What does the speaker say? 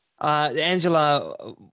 Angela